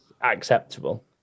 acceptable